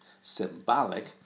symbolic